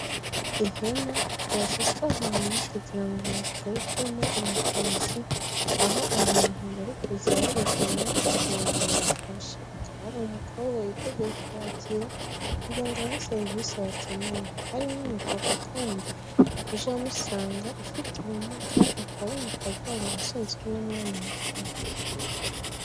Ihema ryashyizwe ahantu kugira ngo rikorerwemo ubuvuzi, aho abantu bari kuza barigana kugira ngo babafashe, hakaba hari umukobwa witeguye kubakira kugira ngo abahe serivisi bakeneye, hari n'umupapa kandi uje amusanga ufite ubumuga akaba ari mu kagare asunitswe n'umwana mutoya.